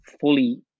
fully